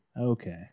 okay